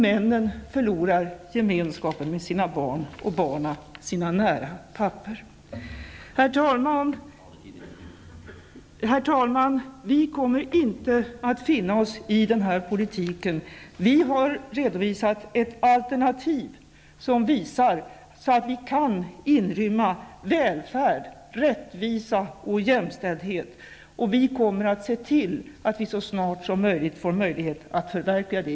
Männen förlorar gemenskapen med sina barn, och barnen förlorar närheten till sina pappor. Herr talman! Vi kommer inte att finna oss i den här politiken. Vi har redovisat ett alternativ som visar hur välfärd, rättvisa och jämställdhet kan inrymmas. Och vi kommer att se till att vi så snart som möjligt för möjlighet att förverkliga det.